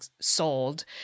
sold